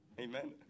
Amen